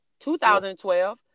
2012